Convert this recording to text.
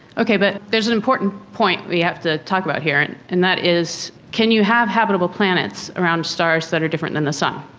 okay, but there is an important point we have to talk about here and and that is can you have habitable planets around stars that are different than the sun?